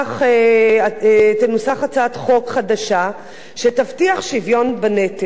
הצעת החוק החדשה שתבטיח שוויון בנטל.